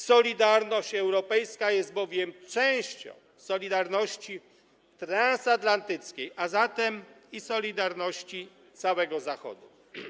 Solidarność europejska jest bowiem częścią solidarności transatlantyckiej, a zatem i solidarności całego Zachodu.